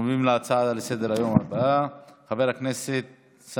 הצעות לסדר-היום מס' 1811, 2006,